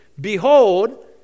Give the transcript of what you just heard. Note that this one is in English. behold